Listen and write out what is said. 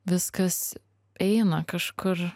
viskas eina kažkur